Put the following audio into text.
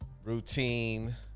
Routine